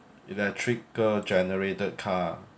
electrical generated car